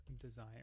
desire